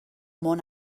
món